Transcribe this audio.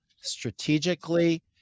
strategically